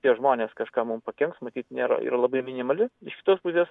tie žmonės kažką mum pakenks matyt nėra yra labai minimali iš kitos pusės